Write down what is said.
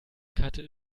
karte